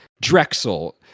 Drexel